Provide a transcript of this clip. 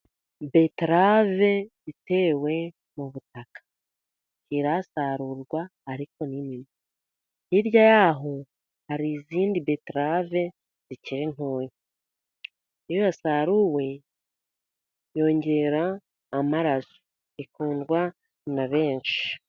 Beterave itewe mu butaka, ntirasarurwa, ariko ni nini. Hirya y'aho hari izindi betarave zikiri ntoya, iyo yasaruwe yongera amaraso, ikundwa na benshi.